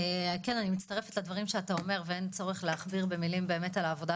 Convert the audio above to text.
כן אני מצטרפת לדברים שאתה אומר ואין צורך להכביר במילים על העבודה